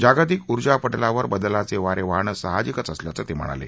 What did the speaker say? जागतिक ऊर्जा पटलावर बदलाचे वारे वाहणं साहजिक असल्याचं ते म्हणाले